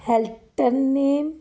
ਹੈਲਟਨੇਮ